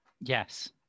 Yes